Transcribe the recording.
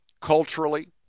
culturally